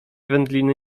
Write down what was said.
wędliny